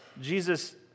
Jesus